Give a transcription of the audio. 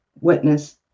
witness